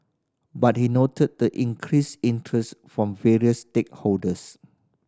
but he noted the increased interest from various stakeholders